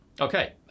Okay